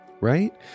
right